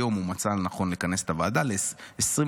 היום הוא מצא לנכון לכנס את הוועדה ל-25